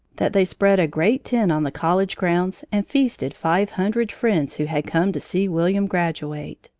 that they spread a great tent on the college grounds and feasted five hundred friends who had come to see william graduate.